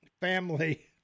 family